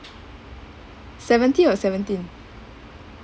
seventy or seventeen